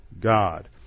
God